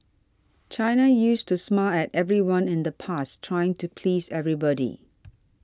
China used to smile at everyone in the past trying to please everybody